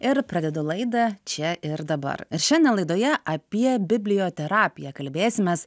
ir pradedu laidą čia ir dabar ir šiandien laidoje apie biblioterapiją kalbėsimės